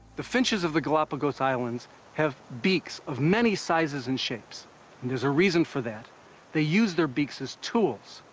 the finches of the galapagos islands have beaks of many sizes and shapes. and there's a reason for that they use their beaks as tools.